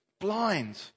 blind